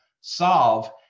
solve